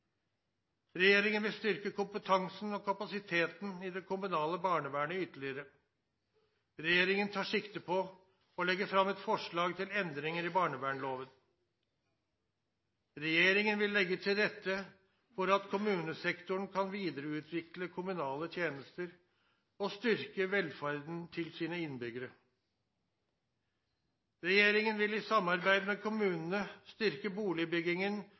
Regjeringen vil styrke kompetansen og kapasiteten i det kommunale barnevernet ytterligere. Regjeringen tar sikte på å legge fram forslag til endringer i barnevernloven. Regjeringen vil legge til rette for at kommunesektoren kan videreutvikle kommunale tjenester og styrke velferden til sine innbyggere. Regjeringen vil i samarbeid med kommunene styrke boligbyggingen